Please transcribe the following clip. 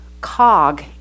cog